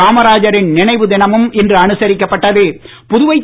காமராஜரின் நினைவு தினமும் இன்று அனுசரிக்கப்பட்டது